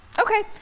Okay